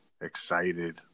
excited